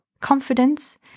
confidence